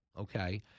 okay